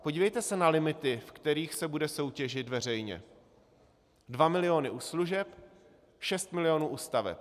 Podívejte se na limity, v kterých se bude soutěžit veřejně: 2 miliony u služeb, 6 milionů u staveb.